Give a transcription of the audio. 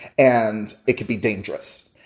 and it could be dangerous.